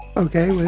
ok. like